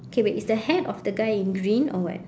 okay wait is the hat of the guy in green or what